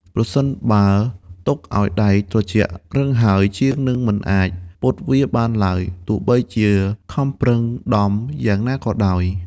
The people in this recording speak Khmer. ប្រសិនបើទុកឱ្យដែកត្រជាក់រឹងហើយ ជាងនឹងមិនអាចពត់វាបានឡើយ ទោះបីជាខំប្រឹងដំយ៉ាងណាក៏ដោយ។